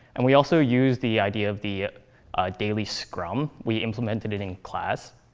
and we also use the idea of the daily scrum. we implemented it in class.